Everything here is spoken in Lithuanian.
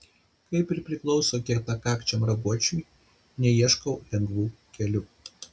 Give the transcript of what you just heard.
kaip ir priklauso kietakakčiam raguočiui neieškau lengvų kelių